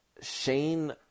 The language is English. Shane